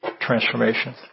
transformation